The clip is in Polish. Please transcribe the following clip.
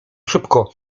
szybko